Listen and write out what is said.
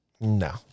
no